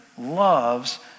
loves